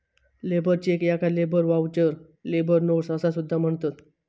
labour cheque याका labour voucher, labour notes असा सुद्धा म्हणतत